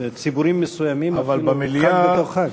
בציבורים מסוימים אפילו זה חג בתוך חג.